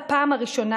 בפעם הראשונה,